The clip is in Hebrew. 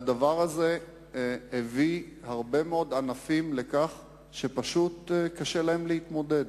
הדבר הזה הביא הרבה מאוד ענפים לכך שפשוט קשה להם להתמודד,